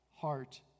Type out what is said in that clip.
heart